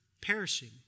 perishing